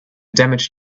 damage